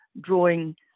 drawing